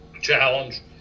challenge